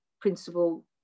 principal